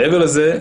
מעבר לזה,